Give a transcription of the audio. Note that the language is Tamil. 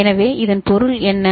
B எனவே இதன் பொருள் என்ன